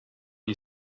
you